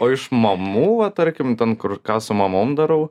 o iš mamų vat tarkim ten kur ką su mamom darau